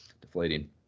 deflating